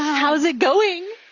how's it going?